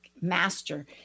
master